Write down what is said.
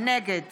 נגד